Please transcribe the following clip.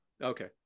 Okay